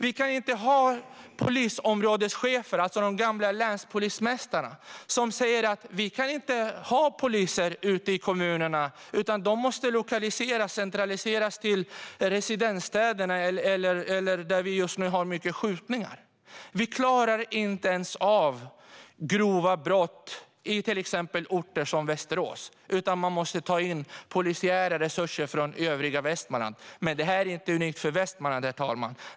Vi kan inte ha polisområdeschefer, alltså de gamla länspolismästarna, som säger: Vi kan inte ha poliser ute i kommunerna, utan de måste lokaliseras och centraliseras till residensstäderna eller platser där vi just nu har många skjutningar. Vi klarar inte ens av grova brott i till exempel orter som Västerås. Man måste ta in polisiära resurser från övriga Västmanland. Men detta är inte unikt för Västmanland, herr talman.